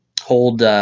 hold –